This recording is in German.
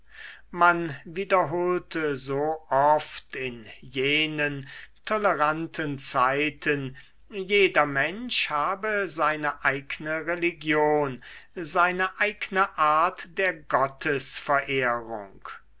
man wiederholte so oft in jenen toleranten zeiten jeder mensch habe seine eigne religion seine eigne art der gottesverehrung